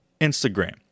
Instagram